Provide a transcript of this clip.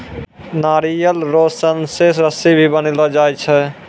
नारियल रो सन से रस्सी भी बनैलो जाय छै